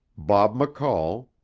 bob mccall,